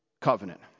covenant